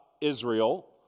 Israel